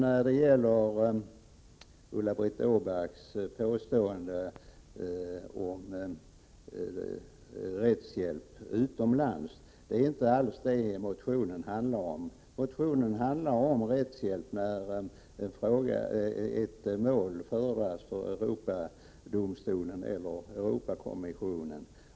När det gäller Ulla-Britt Åbarks påstående om rättshjälp utomlands vill jag påpeka att motionen handlar om rättshjälp när ett mål föredras för Europadomstolen eller Europakommissionen.